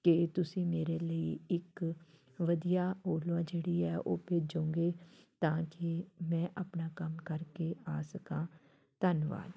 ਕਿ ਤੁਸੀਂ ਮੇਰੇ ਲਈ ਇੱਕ ਵਧੀਆ ਓਲਾ ਜਿਹੜੀ ਹੈ ਉਹ ਭੇਜੋਗੇ ਤਾਂ ਕਿ ਮੈਂ ਆਪਣਾ ਕੰਮ ਕਰਕੇ ਆ ਸਕਾਂ ਧੰਨਵਾਦ